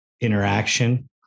interaction